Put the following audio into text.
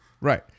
Right